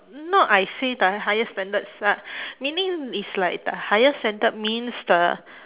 not I say the higher standards lah meaning it's like the higher standard means the